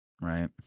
right